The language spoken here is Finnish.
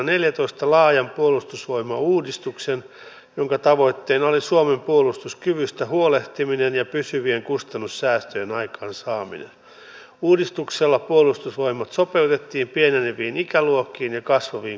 lopuksi avoimuuden hengessä kiitoksia oppositiolle myöskin siitä tuesta mitä nämä hallituksen lainsäädännön valmistelun kehittämiseksi tehdyt hankkeet ovat täällä saaneet aikaan